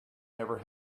never